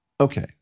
okay